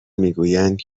میگویند